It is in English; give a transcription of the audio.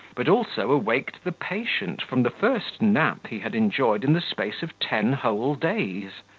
but also awaked the patient from the first nap he had enjoyed in the space of ten whole days.